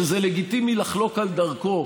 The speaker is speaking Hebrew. שזה לגיטימי לחלוק על דרכו,